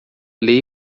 lei